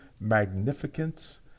magnificence